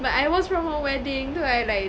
but I was from a wedding tu I like